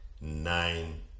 nine